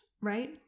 right